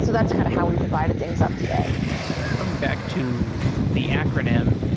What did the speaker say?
so that's kind of how we divided things up today coming back to the acronym.